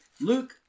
Luke